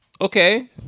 Okay